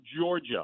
Georgia